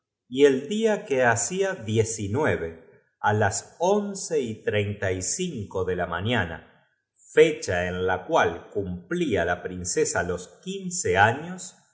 y el día que hacía diecinueve á las once y pirlipata se convertirla en seguida en la treinta y cinco de la mañana fecha en la princesa más hermosa de la tierra cual cumplía la princesa los quince años